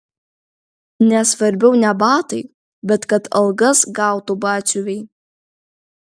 nes svarbiau ne batai bet kad algas gautų batsiuviai